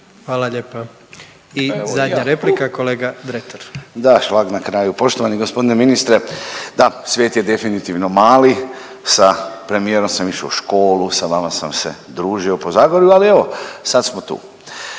Hvala lijepa. I zadnja replika, kolega Dretar. **Dretar, Davor (DP)** Da. Šlag na kraju, poštovani g. ministre. Da, svijet je definitivno mali, sa premijerom sa išao u školu, sa vama sam se družio po Zagorju, ali evo, sad smo tu.